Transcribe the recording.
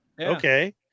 Okay